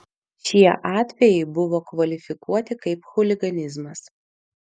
šie atvejai buvo kvalifikuoti kaip chuliganizmas